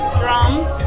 drums